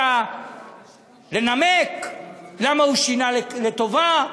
לנמק למה הוא שינה לטובה,